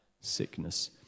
sickness